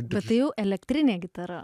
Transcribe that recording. bet tai elektrinė gitara